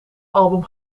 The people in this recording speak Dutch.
album